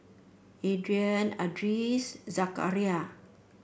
Aryan Idris Zakaria